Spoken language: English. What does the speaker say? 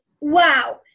wow